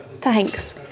Thanks